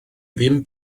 ddim